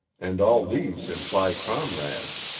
and all these imply comrades.